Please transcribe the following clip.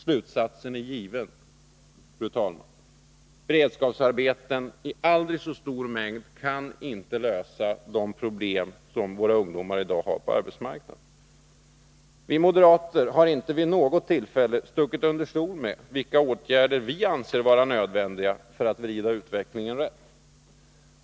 Slutsatsen är given, fru talman: Beredskapsarbeten i aldrig så stor mängd kan inte lösa de problem som våra ungdomar i dag har på arbetsmarknaden. Vi moderater har inte vid något tillfälle stuckit under stol med vilka åtgärder vi anser vara nödvändiga för att vrida utvecklingen rätt.